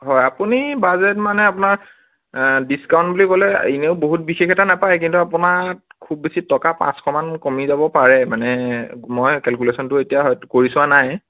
হয় আপুনি বাজেট মানে আপোনাৰ ডিছকাউণ্ট বুলি ক'লে এনেও বহুত বিশেষ এটা নেপায় কিন্তু আপোনাক খুব বেছি টকা পাঁচশমান কমি যাব পাৰে মানে মই কেলকুলেশ্যনটো এতিয়া কৰি চোৱা নাই